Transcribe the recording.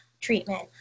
treatment